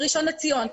בראשון לציון,